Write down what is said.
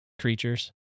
creatures